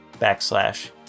backslash